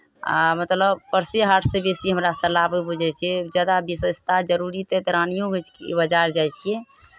आ मतलब परसे हाटसँ बेसी हमरा सभ लाबै बुझै छियै ज्यादा विशेषता जरूरी तऽ रानिओगंजके बाजार जाइ छियै